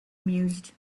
mused